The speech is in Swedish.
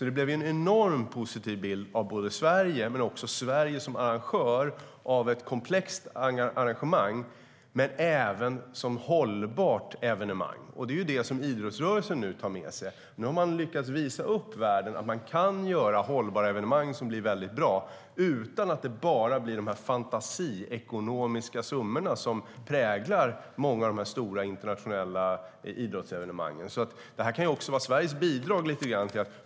Det blev en enormt positiv bild både av Sverige och Sverige som arrangör av ett komplext arrangemang men även ett hållbart evenemang. Det är vad idrottsrörelsen nu tar med sig. Nu har man lyckats visa världen att man kan göra hållbara evenemang som blir väldigt bra utan att det bara blir de fantasiekonomiska summorna som präglar många av de stora internationella idrottsevenemangen. Detta kan lite grann vara Sveriges bidrag.